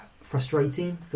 frustrating